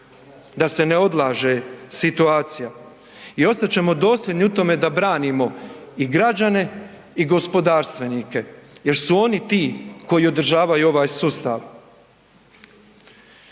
da se ne odlaže situacija i ostat ćemo dosljedni u tome da branimo i građane i gospodarstvenike jer su oni ti koji održavaju ovaj sustav.